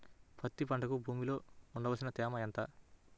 పత్తి పంటకు భూమిలో ఉండవలసిన తేమ ఎంత?